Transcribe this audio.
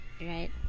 right